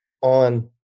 on